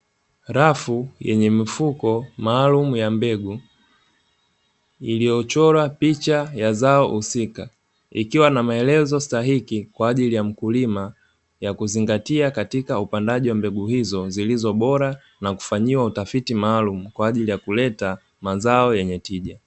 Rafu yenye mifuko maalumu ya mbegu, iliyochorwa picha ya zao husika ikiwa na maelezo stahiki kwa ajili ya mkulima ya kuzingatia katika upandaji wa mbegu hizo zilizo bora na kufanyiwa utafiti maalumu kwa ajili ya kuleta mazao yenye tija.